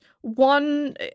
one